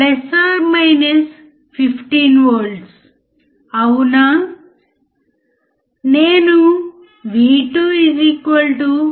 కాబట్టి అర్థం చేసుకోవడం చాలా సులభం గుర్తుంచుకోవడం చాలా సులభం అంటే ఇన్పుట్ మరియు అవుట్పుట్ వోల్టేజ్ జతల పరిధి తక్కువగా ఉన్నప్పుడు ఎడ్జ్ క్లిప్పింగ్ గమనించబడదు